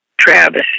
Travis